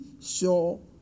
sure